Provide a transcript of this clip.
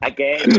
Again